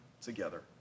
together